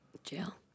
jail